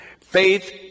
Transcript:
faith